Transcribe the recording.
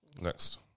Next